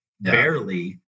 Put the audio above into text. barely